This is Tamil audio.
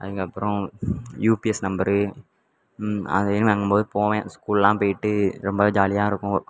அதுக்கப்புறம் யூபிஎஸ் நம்பரு அதை வாங்கும்போது போவேன் ஸ்கூலெல்லாம் போய்விட்டு ரொம்ப ஜாலியாக இருக்கும்